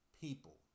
people